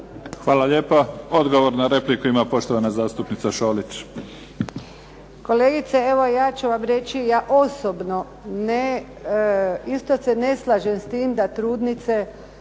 Hvala lijepa. Odgovor na repliku ima poštovana zastupnica Šolić. **Šolić, Božica (HDZ)** Kolegice, ja ću vam reći ja osobno isto se ne slažem s time da trudnice